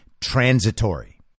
transitory